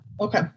Okay